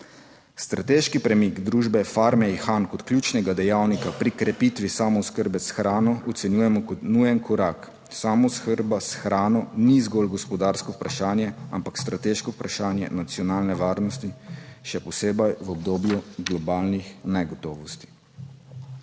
Strateški premik družbe Farme Ihan kot ključnega dejavnika pri krepitvi samooskrbe s hrano ocenjujemo kot nujen korak. Samooskrba s hrano ni zgolj gospodarsko vprašanje, ampak strateško vprašanje nacionalne varnosti, še posebej v obdobju globalnih negotovosti.